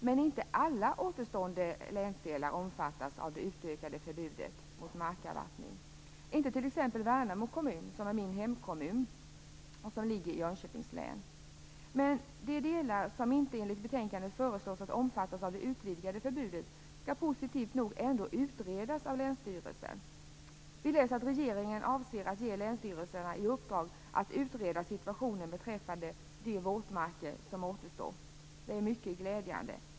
Men inte alla återstående länsdelar omfattas av det utökade förbudet mot markavvattning, inte t.ex. Värnamo kommun som är min hemkommun och som ligger i Jönköpings län. Men de delar som enligt betänkandet inte föreslås att omfattas av det utvidgade förbudet skall positivt nog ändå utredas av länsstyrelsen. Vi läser att regeringen avser att ge länsstyrelserna i uppdrag att utreda situationen beträffande de våtmarker som återstår. Det är mycket glädjande.